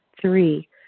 Three